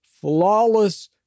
flawless